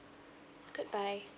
goodbye